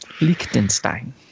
Liechtenstein